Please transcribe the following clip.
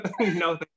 no